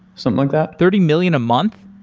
something like that? thirty million a month?